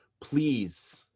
please